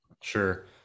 Sure